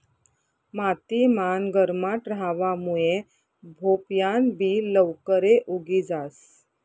माती मान गरमाट रहावा मुये भोपयान बि लवकरे उगी जास